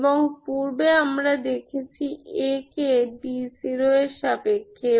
এবং পূর্বে আমরা দেখেছি A কে d0 এর সাপেক্ষে